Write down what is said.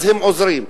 הם עוזרים.